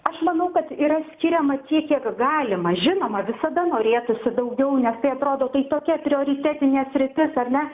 aš manau kad yra skiriama tiek kiek galima žinoma visada norėtųsi daugiau nes tai atrodo tokia prioritetinė sritis ar ne